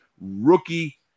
rookie